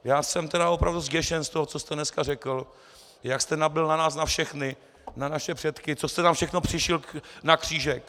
Já jsem opravdu zděšen z toho, co jste dneska řekl, jak jste nablil na nás na všechny, na naše předky, co jste tam všechno přišil na křížek.